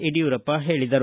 ಯಡಿಯೂರಪ್ಪ ಹೇಳಿದರು